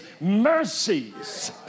mercies